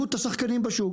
השחקנים בשוק.